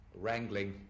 wrangling